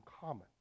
common